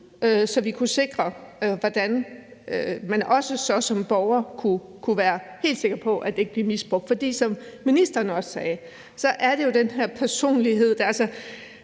så vi kunne sikre, at man som borger også kunne være helt sikker på ikke at blive misbrugt. For som ministeren også sagde, er det jo det her med det personlige. Altså,